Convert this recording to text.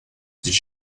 did